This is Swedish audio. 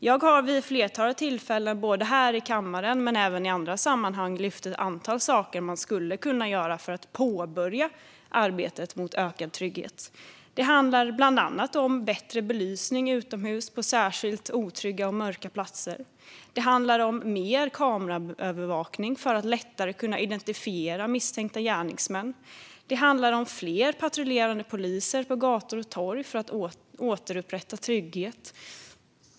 Jag har vid ett flertal tillfällen både här i kammaren och i andra sammanhang lyft fram ett antal saker man skulle kunna göra för att påbörja arbetet för ökad trygghet. Det handlar bland annat om bättre belysning utomhus på särskilt otrygga och mörka platser. Det handlar om mer kameraövervakning för att lättare kunna identifiera misstänkta gärningsmän. Det handlar om fler patrullerande poliser på gator och torg för att återupprätta trygghet.